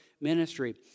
ministry